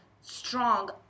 strong